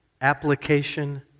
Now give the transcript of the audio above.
application